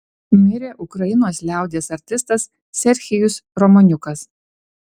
mirė ukrainos liaudies artistas serhijus romaniukas